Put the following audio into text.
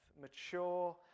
mature